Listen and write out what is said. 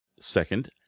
Second